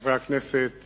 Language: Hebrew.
חבר הכנסת